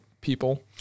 people